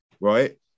right